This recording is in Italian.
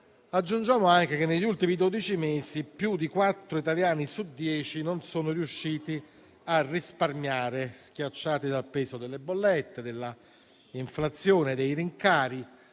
aggiungiamo anche che negli ultimi dodici mesi più di quattro italiani su dieci non sono riusciti a risparmiare, schiacciati dal peso delle bollette, dell'inflazione e dei rincari,